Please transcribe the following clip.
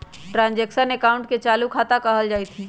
transaction अकाउंटे के चालू खता कहल जाइत हइ